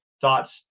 thoughts